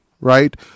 right